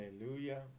Hallelujah